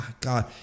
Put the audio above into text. God